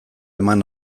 eman